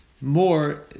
more